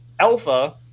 Alpha